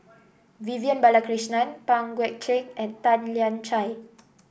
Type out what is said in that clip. Vivian Balakrishnan Pang Guek Cheng and Tan Lian Chye